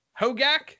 Hogak